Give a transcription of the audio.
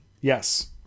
Yes